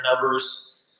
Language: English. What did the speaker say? numbers